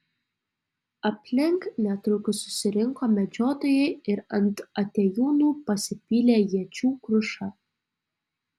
aplink netrukus susirinko medžiotojai ir ant atėjūnų pasipylė iečių kruša